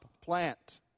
plant